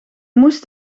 moest